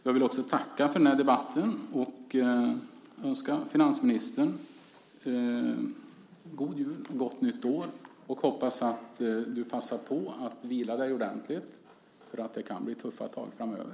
Jag vill också tacka för denna debatt och önska finansministern god jul och gott nytt år. Jag hoppas att du passar på att vila dig ordentligt därför att det kan bli tuffa tag framöver.